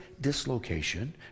dislocation